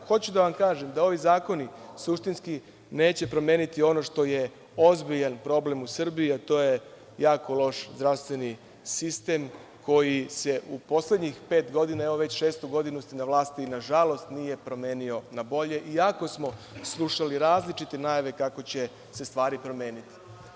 Hoću da vam kažem da ovi zakoni suštinski neće promeniti ono što je ozbiljan problem u Srbiji, a to je jako loš zdravstveni sistem, koji se u poslednjih pet godina, evo, već šestu godinu ste na vlasti, nažalost, nije promenio na bolje, iako smo slušali različite najave kako će se stvari promeniti.